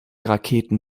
raketen